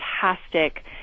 fantastic